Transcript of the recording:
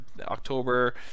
October